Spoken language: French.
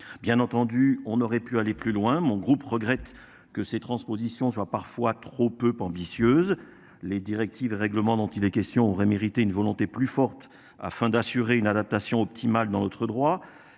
bien entendu, on aurait pu aller plus loin. Mon groupe regrette que ces transpositions soit parfois trop peu ambitieuse. Les directives règlements dont il est question aurait mérité une volonté plus forte afin d'assurer une adaptation optimale dans notre droit.